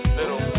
little